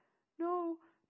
No